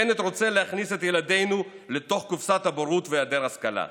בנט רוצה להכניס את ילדינו לתוך קופסת הבורות והיעדר ההשכלה.